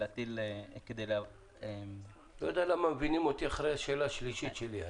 אני לא יודע למה מבינים אותי אחרי השאלה השלישית.